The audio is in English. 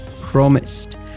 promised